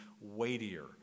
weightier